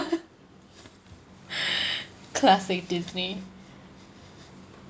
classic Disney